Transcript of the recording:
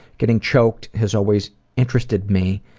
getting choked has always interested me,